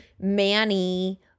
Manny